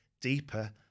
deeper